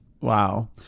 Wow